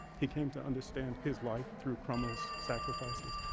he came to understand his life through crummell's sacrifices.